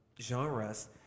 genres